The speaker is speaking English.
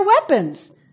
weapons